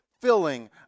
filling